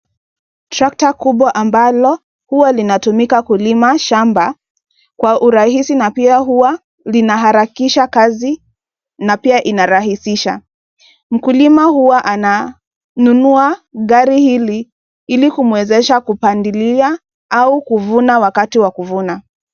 Trakta kubwa ambalo huwa linatumika kulima shamba kwa urahisi na pia huwa lina harakisha kazi na pia inarahisisha , mkulima huwa ananunua gari hili ili kumwezesha kupandilia au kuvuna Wakati wa kuvuna.